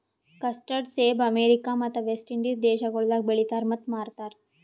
custard ಸೇಬ America ಮತ್ತ West Indies ದೇಶಗೊಳ್ದಾಗ್ ಬೆಳಿತಾರ್ ಮತ್ತ ಮಾರ್ತಾರ್